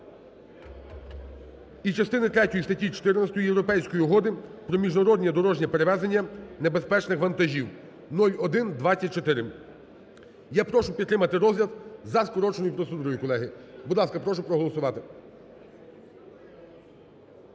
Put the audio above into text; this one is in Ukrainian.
і частини третьої статті 14 Європейської угоди про міжнародне дорожнє перевезення небезпечних вантажів (0124). Я прошу підтримати розгляд за скороченою процедурою, колеги. Будь ласка, прошу проголосувати.